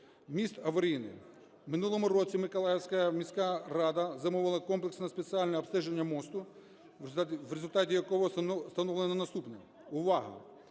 Міст аварійний. В минулому році Миколаївська міська рада замовила комплексне спеціальне обстеження мосту, в результаті якого встановлено наступне. Увага!